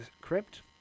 Crypt